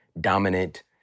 dominant